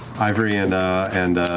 ivory and and